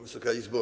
Wysoka Izbo!